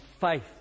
faith